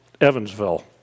Evansville